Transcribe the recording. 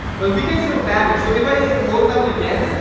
but we can still damage so if i hold down again